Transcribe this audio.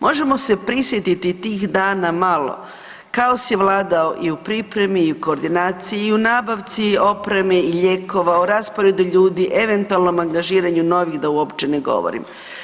Možemo se prisjetiti tih dana malo, kaos je vladao i u pripremi i u koordinaciji i u nabavci opreme i lijekova, o rasporedu ljudi, eventualnom angažiranju novih da uopće ne govorim.